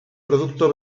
producto